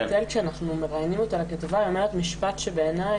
כשאנחנו ראיינו את בת-אל לכתבה היא אמרה משפט שבעיניי